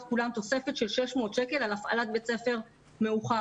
כולם תוספת של 600 שקל על הפעלת בית ספר מאוחר.